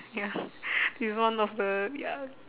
ya this is one of the ya